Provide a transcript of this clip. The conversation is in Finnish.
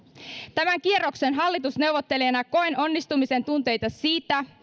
tämän kierroksen hallitusneuvottelijana koen onnistumisen tunteita siitä